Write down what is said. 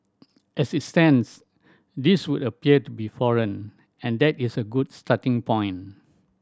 as it stands these would appear to be foreign and that is a good starting point